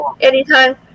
anytime